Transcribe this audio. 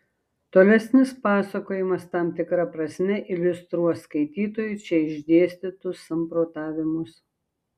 tolesnis pasakojimas tam tikra prasme iliustruos skaitytojui čia išdėstytus samprotavimus